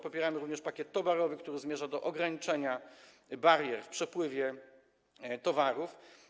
Popieramy również pakiet towarowy, który zmierza do ograniczenia barier w przepływie towarów.